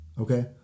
Okay